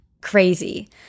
crazy